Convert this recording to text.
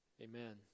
Amen